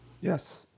Yes